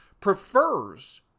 prefers